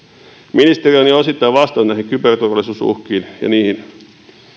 on jo osittain vastannut näihin kyberturvallisuusuhkiin